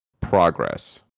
progress